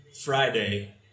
Friday